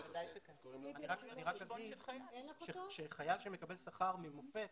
אני רק אומר שחייל שמקבל שכר ממופ"ת,